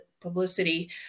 publicity